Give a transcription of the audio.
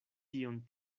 tion